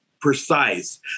precise